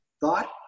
thought